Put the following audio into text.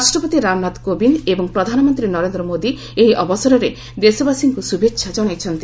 ରାଷ୍ଟ୍ରପତି ରାମନାଥ କୋବିନ୍ଦ୍ ଏବଂ ପ୍ରଧାନମନ୍ତ୍ରୀ ନରେନ୍ଦ୍ର ମୋଦି ଏହି ଅବସରରେ ଦେଶବାସୀଙ୍କୁ ଶୁଭେଛା ଜଣାଇଛନ୍ତି